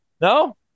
No